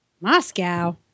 Moscow